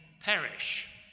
perish